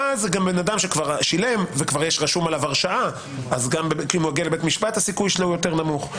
ואז אדם שכבר שילם וכבר רשומה עליו הרשעה אז הסיכוי שלו בר יותר נמוך.